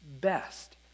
best